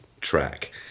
track